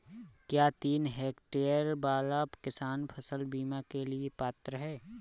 क्या तीन हेक्टेयर वाला किसान फसल बीमा के लिए पात्र हैं?